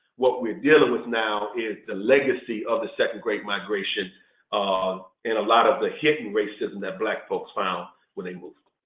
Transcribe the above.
what we're dealing with now is the legacy of the second great migration um in a lot of the hidden racism that black folks found when they moved.